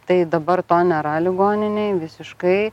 tai dabar to nėra ligoninėj visiškai